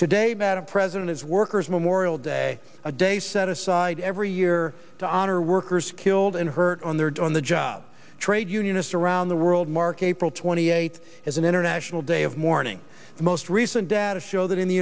today madam president as workers memorial day a day set aside every year to honor workers killed and hurt on their on the job trade unionists around the world mark a pro twenty eight as an international day of mourning the most recent data show that in the